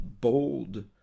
bold